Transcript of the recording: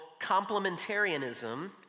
complementarianism